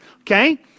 okay